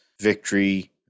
victory